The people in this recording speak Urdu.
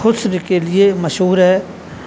حسن کے لیے مشہور ہے